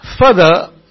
further